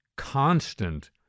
constant